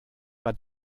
war